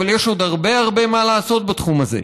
אבל יש עוד הרבה הרבה מה לעשות בתחום הזה.